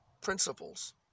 principles